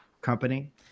company